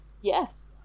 Yes